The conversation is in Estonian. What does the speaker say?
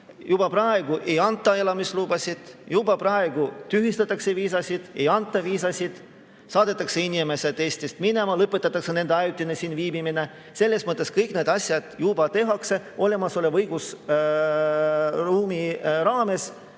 juba praegu ei anta elamislubasid, juba praegu tühistatakse viisasid, ei anta viisasid, saadetakse inimesed Eestist minema, lõpetatakse nende ajutine siin viibimine. Kõike seda juba tehakse olemasoleva õigusruumi raames